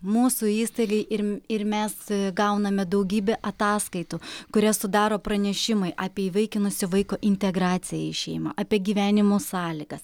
mūsų įstaigai ir ir mes gauname daugybę ataskaitų kurie sudaro pranešimai apie įvaikinusį vaiko integraciją į šeimą apie gyvenimo sąlygas